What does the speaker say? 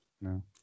no